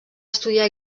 estudiar